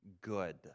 good